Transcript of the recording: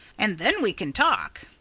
and then we can talk.